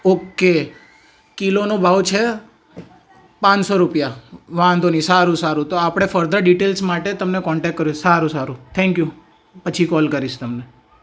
okay કિલોનો ભાવ છે પાંચસો રૂપિયા વાંધો નહીં સારું સારું તો આપણે ફર્ધર ડિટેલ્સ માટે તમને કોન્ટેનક્ટ કરીશ સારું સારું થેન્ક્યુ પછી કોલ કરીશ તમને